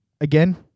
Again